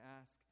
ask